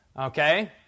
Okay